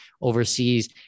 overseas